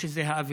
אם זאת האווירה,